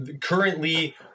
currently